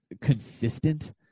consistent